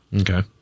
Okay